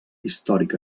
històric